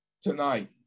tonight